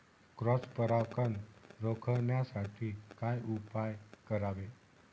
Cross परागकण रोखण्यासाठी काय उपाय करावे?